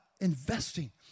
investing